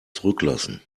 zurücklassen